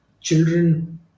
children